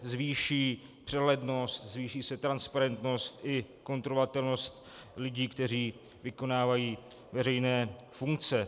Zvýší se přehlednost, zvýší se transparentnost i kontrolovatelnost lidí, kteří vykonávají veřejné funkce.